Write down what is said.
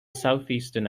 southeastern